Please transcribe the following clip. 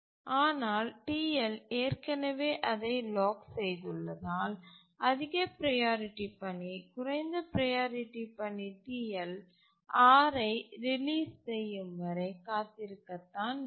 ஆனால் TL ஏற்கனவே அதை லாக் செய்துள்ளதால் அதிக ப்ரையாரிட்டி பணி குறைந்த ப்ரையாரிட்டி பணி TL R ஐ ரிலீஸ் செய்யும் வரை காத்திருக்க தான் வேண்டும்